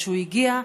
וכשהוא הגיע,